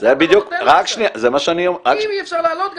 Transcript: זה בדיוק --- אם אי אפשר להעלות,